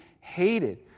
hated